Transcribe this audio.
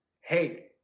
Hey